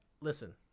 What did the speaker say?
listen